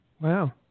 Wow